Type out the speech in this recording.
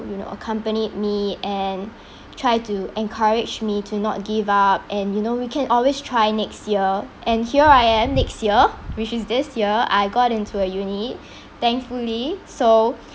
you know accompanied me and try to encourage me to not give up and you know we can always try next year and here I am next year which is this year I got into a uni thankfully so